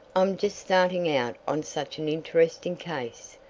i'm just starting out on such an interesting case!